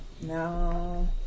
No